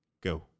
go